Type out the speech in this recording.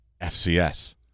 FCS